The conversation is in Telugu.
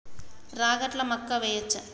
రాగట్ల మక్కా వెయ్యచ్చా?